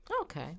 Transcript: Okay